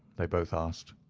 they both asked.